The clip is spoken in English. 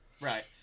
Right